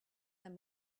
them